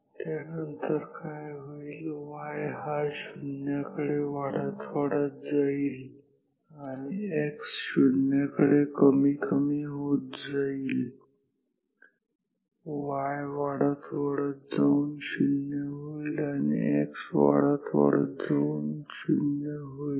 त्यानंतर काय होईल y हा 0 कडे वाढत वाढत जाईल आणि x शुन्याकडे कमी कमी होत जाईल y वाढत वाढत जाऊन 0 होईल आणि x वाढत वाढत जाऊन 0 होईल